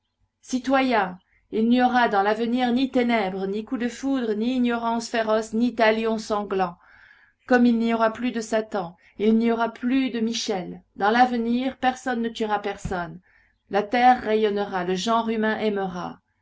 citoyens il n'y aura dans l'avenir ni ténèbres ni coups de foudre ni ignorance féroce ni talion sanglant comme il n'y aura plus de satan il n'y aura plus de michel dans l'avenir personne ne tuera personne la terre rayonnera le genre humain aimera